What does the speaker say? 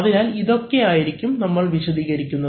അതിനാൽ ഇതൊക്കെ ആയിരിക്കും നമ്മൾ വിശദീകരിക്കുന്നത്